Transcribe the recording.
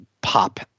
pop